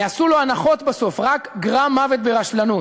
יעשו לו הנחות בסוף, רק גרימת מוות ברשלנות.